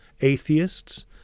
atheists